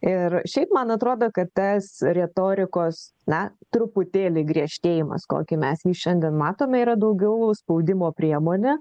ir šiaip man atrodo kad tas retorikos na truputėlį griežtėjimas kokį mes šiandien matome yra daugiau spaudimo priemonė